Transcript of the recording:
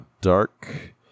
dark